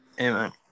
Amen